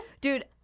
dude